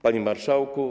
Panie Marszałku!